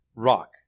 rock